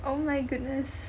oh my goodness